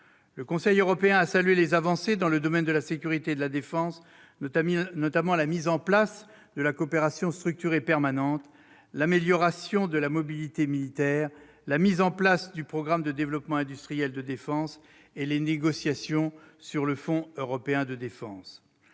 Le Conseil européen a salué les avancées dans le domaine de la sécurité et de la défense, notamment la mise en place de la coopération structurée permanente, l'amélioration de la mobilité militaire, l'instauration du programme de développement industriel de défense et les négociations sur le Fonds européen de défense.